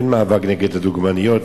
אין מאבק נגד הדוגמניות,